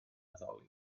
addoli